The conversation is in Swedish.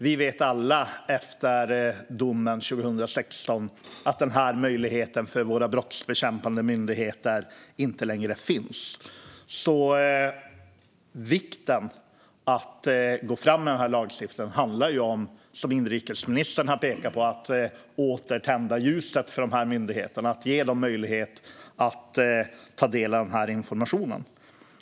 Vi vet alla efter domen 2016 att den möjligheten inte längre finns för våra brottsbekämpande myndigheter. Vikten av att gå fram med lagstiftningen handlar om, som inrikesministern har pekat på, att åter tända ljuset för myndigheterna och ge dem möjlighet att ta del av informationen.